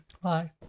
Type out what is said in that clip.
Bye